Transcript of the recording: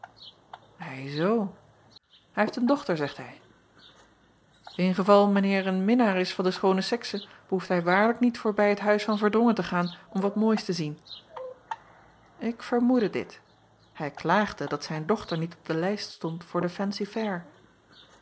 i zoo ij heeft een dochter zegt hij n geval mijn eer een minnaar is van de schoone sekse behoeft hij waarlijk niet voorbij het huis van erdrongen te gaan om wat moois te zien k vermoedde dit hij klaagde dat zijn dochter niet op de lijst stond voor